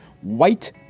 white